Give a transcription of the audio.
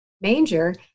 manger